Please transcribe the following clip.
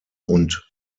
und